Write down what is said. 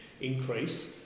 increase